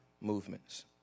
movements